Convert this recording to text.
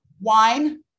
Wine